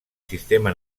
sistema